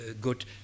good